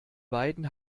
beiden